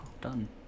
done